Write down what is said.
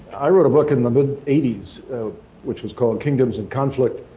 i wrote a book in the mid eighty s which was called kingdoms in conflict,